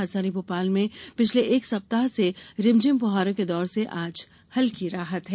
राजधानी भोपाल में पिछले एक सप्ताह से रिमझिम फहारों के दौर से आज हल्की राहत है